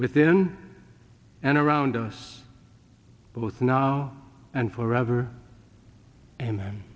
within and around us both now and forever and